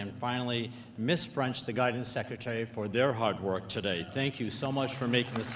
and finally miss french the guidance secretary for their hard work today thank you so much for making th